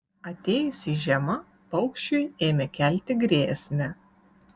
atėjusi žiema paukščiui ėmė kelti grėsmę